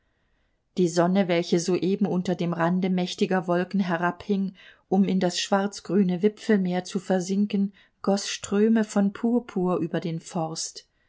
die sonne welche soeben unter dem rande mächtiger wolken herabhing um in das schwarzgrüne wipfelmeer zu versinken goß ströme von purpur über den forst